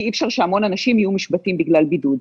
כי אי אפשר שהמון אנשים יהיו מושבתים בגלל בידוד.